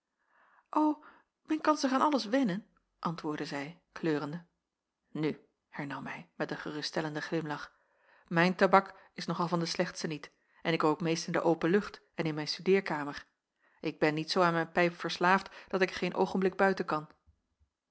men kan zich aan alles wennen antwoordde zij kleurende nu hernam hij met een geruststellenden glimlach mijn tabak is nog al van de slechtste niet en ik rook meest in de open lucht en in mijn studeerkamer ik ben niet zoo aan mijn pijp verslaafd dat ik er geen oogenblik buiten kan